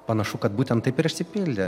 panašu kad būtent taip ir išsipildė